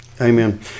Amen